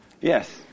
Yes